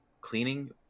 cleaning